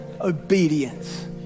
obedience